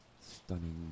Stunning